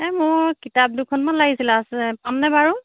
এই মোক কিতাপ দুখন মান লাগিছিলে আছ পামনে বাৰু